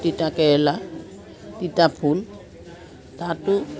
তিতা কেৰেলা তিতা ফুল তাতো